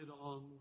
on